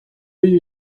you